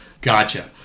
Gotcha